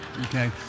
Okay